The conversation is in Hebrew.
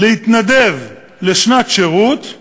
להתנדב לשנת שירות,